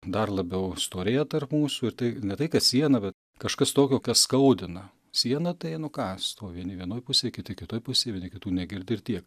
dar labiau storėja tarp mūsų ir tai ne tai kad siena bet kažkas tokio kas skaudina siena tai nu ką stovi vieni vienoj pusėj kiti kitoj pusėj vieni kitų negirdi ir tiek